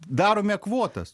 darome kvotas